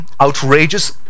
outrageous